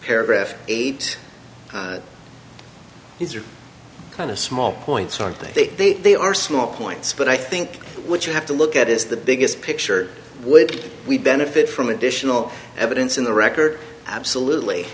paragraph eight these are kind of small points aren't they they they are small points but i think what you have to look at is the biggest picture would we benefit from additional evidence in the record absolutely